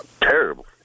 Terrible